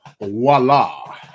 Voila